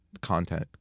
content